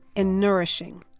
and nourishing.